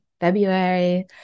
February